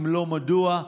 3. אם לא, מדוע?